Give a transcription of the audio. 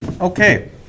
okay